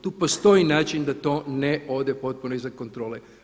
Tu postoji način da to ne ode potpuno izvan kontrole.